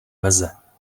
meze